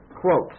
Quote